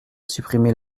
supprimer